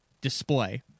display